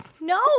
no